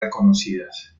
reconocidas